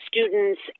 students